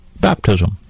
baptism